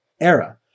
era